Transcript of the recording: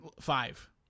Five